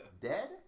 Dead